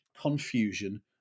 confusion